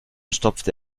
stopfte